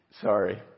Sorry